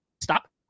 Stop